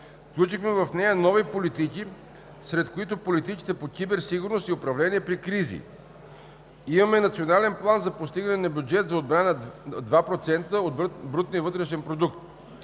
Включихме в нея нови политики, сред които политиките по киберсигурност и управление при кризи. Имаме Национален план за постигане на бюджет за отбрана 2% от брутния вътрешен продукт.